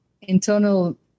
internal